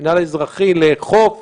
המינהל האזרחי לאכוף